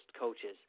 coaches